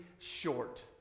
short